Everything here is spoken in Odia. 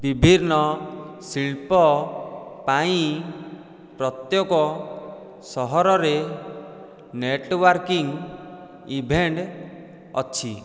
ବିଭିନ୍ନ ଶିଳ୍ପ ପାଇଁ ପ୍ରତ୍ୟେକ ସହରରେ ନେଟୱାର୍କିଂ ଇଭେଣ୍ଟ ଅଛି